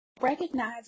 recognize